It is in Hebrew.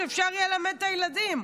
שאפשר יהיה ללמד את הילדים.